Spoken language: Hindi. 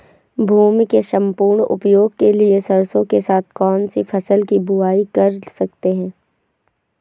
भूमि के सम्पूर्ण उपयोग के लिए सरसो के साथ कौन सी फसल की बुआई कर सकते हैं?